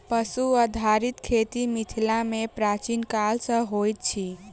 पशु आधारित खेती मिथिला मे प्राचीन काल सॅ होइत अछि